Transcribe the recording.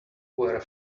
were